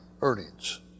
earnings